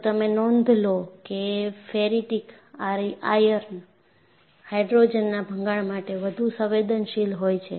જો તમે નોંધ લો કે ફેરીટીક આયર્ન હાઇડ્રોજનના ભંગાણ માટે વધુ સંવેદનશીલ હોય છે